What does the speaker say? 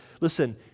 Listen